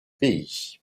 pays